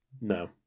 No